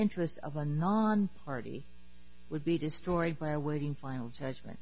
interest of a non party would be destroyed by awaiting final judgement